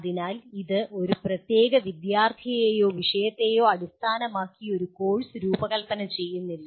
അതിനാൽ ഇത് ഒരു പ്രത്യേക വിദ്യാർത്ഥിയെയോ വിഷയത്തെയോ അടിസ്ഥാനമാക്കി ഒരു കോഴ്സ് രൂപകൽപ്പന ചെയ്യുന്നില്ല